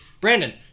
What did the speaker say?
Brandon